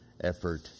effort